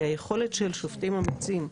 כי היכולת של שופטים אמיצים,